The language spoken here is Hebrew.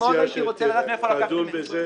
אני מאוד הייתי רוצה לדעת מאיפה לקחת את זה.